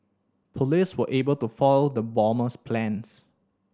police were able to foil the bomber's plans